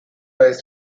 vez